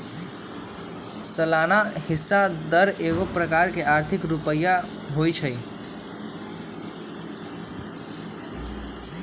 सलाना हिस्सा दर एगो प्रकार के आर्थिक रुपइया होइ छइ